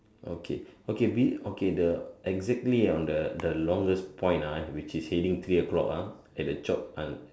okay okay be okay the exactly ah on the the longest point ah which is heading three o-clock ah have a job done